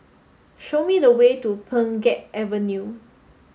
show me the way to Pheng Geck Avenue